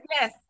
yes